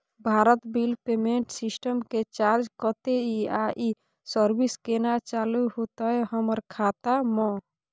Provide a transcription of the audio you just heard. Bharat bill payment system के charge कत्ते इ आ इ सर्विस केना चालू होतै हमर खाता म?